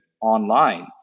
online